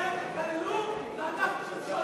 אתם תקללו, ואנחנו נמשול